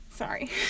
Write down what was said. sorry